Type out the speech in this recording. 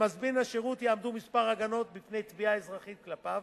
למזמין השירות יעמדו הגנות מספר בפני התביעה האזרחית כלפיו,